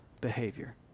behavior